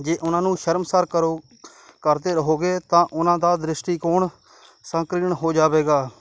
ਜੇ ਉਹਨਾਂ ਨੂੰ ਸ਼ਰਮਸਾਰ ਕਰੋ ਕਰਦੇ ਰਹੋਗੇ ਤਾਂ ਉਹਨਾਂ ਦਾ ਦ੍ਰਿਸ਼ਟੀਕੋਣ ਸੰਕਰ੍ਰਿਣਨ ਹੋ ਜਾਵੇਗਾ